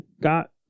got